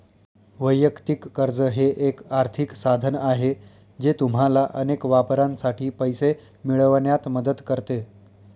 वैयक्तिक कर्ज हे एक आर्थिक साधन आहे जे तुम्हाला अनेक वापरांसाठी पैसे मिळवण्यात मदत करते